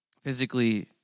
Physically